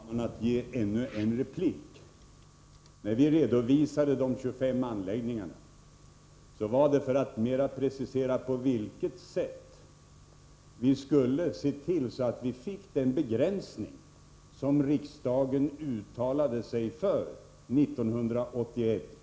Herr talman! Jag är nödsakad att ge ännu en replik. När vi redovisade de 25 anläggningarna var det för att precisera på vilket sätt vi skulle se till att det blev den begränsning som riksdagen uttalade sig för 1981.